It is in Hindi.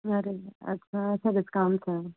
रही है अच्छा अच्छा डिस्काउंट का है